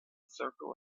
circle